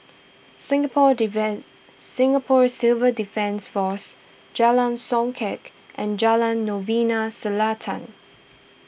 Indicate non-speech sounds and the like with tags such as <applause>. Singapore <unintelligible> Singapore Civil Defence force Jalan Songket and Jalan Novena Selatan